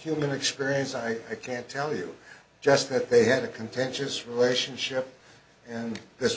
human experience i can tell you just that they had a contentious relationship and this